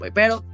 pero